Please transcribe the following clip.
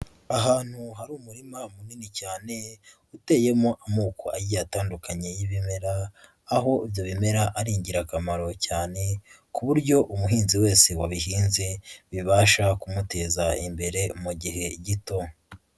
Ahantu hari umurima munini cyane uteyemo amoko agiye atandukanye y'ibimera, aho ibyo bimera ari ingirakamaro cyane ku buryo umuhinzi wese wabihinze bibasha kumuteza imbere mu gihe gito.